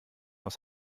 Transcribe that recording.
aus